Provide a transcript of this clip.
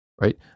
right